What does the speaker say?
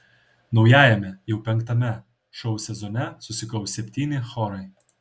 naujajame jau penktame šou sezone susikaus septyni chorai